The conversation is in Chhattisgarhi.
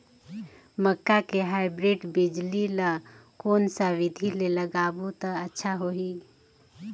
मक्का के हाईब्रिड बिजली ल कोन सा बिधी ले लगाबो त अच्छा होहि?